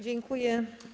Dziękuję.